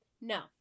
No